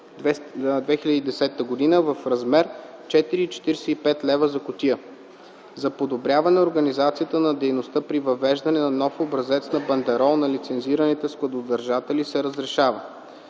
2010 г. в размер 4,45 лв. за кутия. За подобряване организацията на дейността при въвеждане на нов образец на бандерол на лицензираните складодържатели се разрешава: